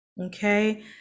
okay